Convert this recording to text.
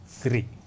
three